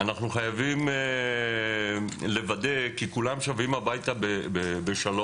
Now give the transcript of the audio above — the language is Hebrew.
חייבים לוודא כי כולם שבים הביתה בשלום,